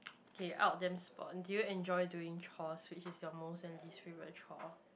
okay out of them sp~ do you enjoy doing chores which is your most and least favourite chore